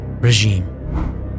regime